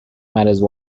marriage